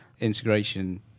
Integration